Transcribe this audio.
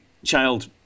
Child